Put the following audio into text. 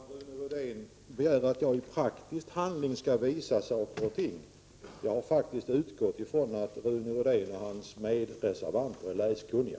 Herr talman! Rune Rydén begär att jag i praktisk handling skall visa saker och ting. Jag har faktiskt utgått från att Rune Rydén och hans medreservanter är läskunniga.